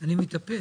אני מתאפק.